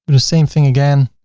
the same thing again.